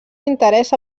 interès